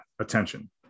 attention